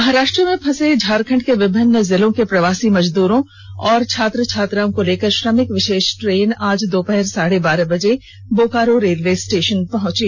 महाराष्ट्र में फंसे झारखंड के विभिन्न जिले के प्रवासी मजदूरों एवं छात्र छात्राओं को लेकर श्रमिक विशेष ट्रेन आज दोपहर साढ़े बारह बजे बोकारो रेलवे स्टेशन पहुंची